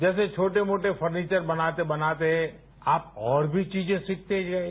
जैसे छोटे मोटे फर्नीचर बनाते बनाते आप और भी चीजे सीखते जाएं